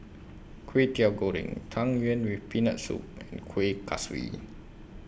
Kwetiau Goreng Tang Yuen with Peanut Soup and Kuih Kaswi